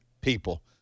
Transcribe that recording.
people